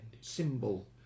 symbol